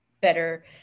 better